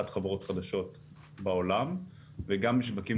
וגם בשווקים נבחרים שאליהם השווינו את הירידה,